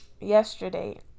Yesterday